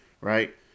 right